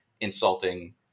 insulting